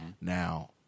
Now